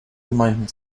gemeinden